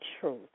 truth